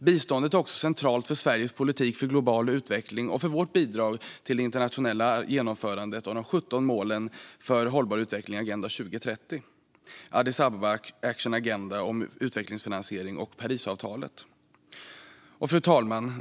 Biståndet är också centralt för Sveriges politik för global utveckling och för vårt bidrag till det internationella genomförandet av de 17 målen för hållbar utveckling i Agenda 2030, Addis Ababa Action Agenda om utvecklingsfinansiering och Parisavtalet. Fru talman!